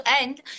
end